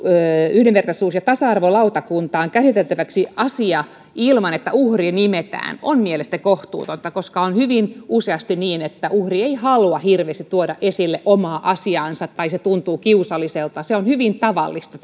yhdenvertaisuus ja tasa arvolautakuntaan käsiteltäväksi asiaa ilman että uhri nimetään on mielestäni kohtuutonta koska on hyvin useasti niin että uhri ei halua hirveästi tuoda esille omaa asiaansa tai se tuntuu kiusalliselta tämä aliraportointi on hyvin tavallista